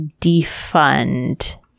defund